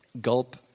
Gulp